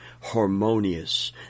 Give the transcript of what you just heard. harmonious